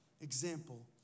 example